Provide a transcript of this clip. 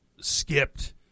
skipped